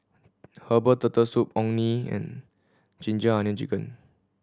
herbal Turtle Soup Orh Nee and ginger onion chicken